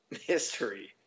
history